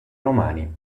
romani